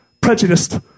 prejudiced